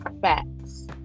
facts